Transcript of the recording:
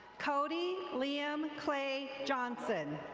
cody liam clay johnson.